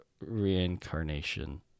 reincarnation